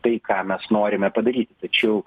tai ką mes norime padaryti tačiau